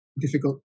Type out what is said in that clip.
difficult